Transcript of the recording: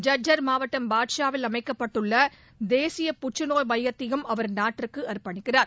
ஜஜ்ஜா் மாவட்டம் பாத்ஷாவில் அமைக்கப்பட்டுள்ள தேசிய புற்றுநோய் மையத்தையும் அவா் நாட்டிற்கு அர்ப்பணிக்கிறார்